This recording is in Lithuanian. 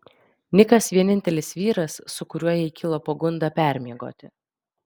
nikas vienintelis vyras su kuriuo jai kilo pagunda permiegoti